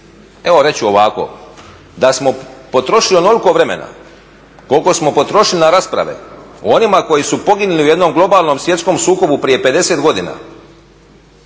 evo reći ću ovako. Da smo potrošili onoliko vremena koliko smo potrošili na rasprave o onima koji su poginuli u jednom globalnom svjetskom sukobu prije 50 godina,